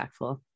impactful